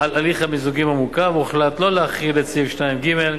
המיזוגים המורכב, הוחלט לא להחיל את סעיף 2(ג)